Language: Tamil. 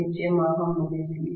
நிச்சயமாக முடிவிலி